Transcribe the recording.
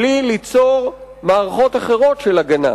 בלי ליצור מערכות אחרות של הגנה.